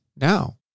now